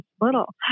little